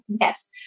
yes